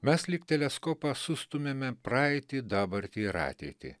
mes lyg teleskopą sustumiame praeitį dabartį ir ateitį